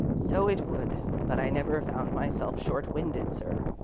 so it would, but i never found myself short-winded, sir,